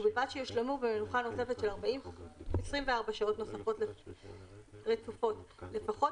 ובלבד שיושלמו במנוחה נוספת של 24 שעות רצופות לפחות